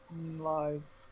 Lies